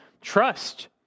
trust